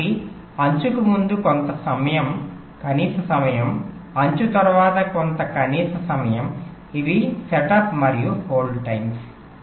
కాబట్టి అంచుకు ముందు కొంత కనీస సమయం అంచు తర్వాత కొంత కనీస సమయం ఇవి సెటప్ మరియు హోల్డ్ టైమ్స్